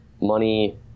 money